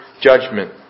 judgment